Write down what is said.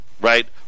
right